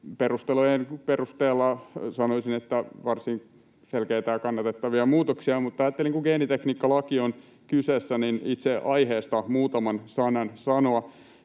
Perustelujen perusteella sanoisin, että ne ovat varsin selkeitä ja kannatettavia muutoksia, mutta ajattelin, kun geenitekniikkalaki on kyseessä, itse aiheesta muutaman sanan sanoa.